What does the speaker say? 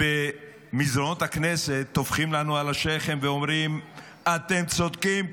שבמסדרונות הכנסת טופחים לנו על השכם ואומרים: אתם צודקים,